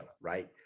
right